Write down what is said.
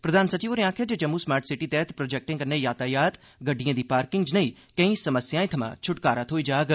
प्रधान सचिव होरें आक्खेआ जे जम्मू स्मार्ट सिटी तैहत प्रोजेक्टे कन्नै यातायात गड्डिए दी पार्किंग जनेई केई समस्याएं थमां छुटकारा थ्होई जाग